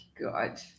god